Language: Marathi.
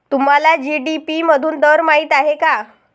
तुम्हाला जी.डी.पी मधून दर माहित आहे का?